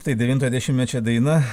tai devintojo dešimtmečio daina